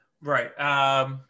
Right